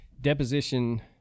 deposition